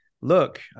look